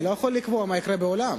אני לא יכול לקבוע מה יקרה בעולם.